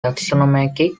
taxonomic